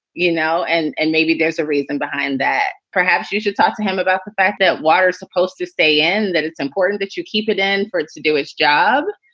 you know, and and maybe there's a reason behind that. perhaps you should talk to him about the fact that water is supposed to stay in, that it's important that you keep it in for its to do its job.